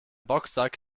boxsack